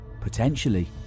potentially